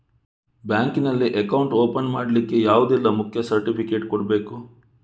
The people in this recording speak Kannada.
ಬ್ಯಾಂಕ್ ನಲ್ಲಿ ಅಕೌಂಟ್ ಓಪನ್ ಮಾಡ್ಲಿಕ್ಕೆ ಯಾವುದೆಲ್ಲ ಮುಖ್ಯ ಸರ್ಟಿಫಿಕೇಟ್ ಕೊಡ್ಬೇಕು?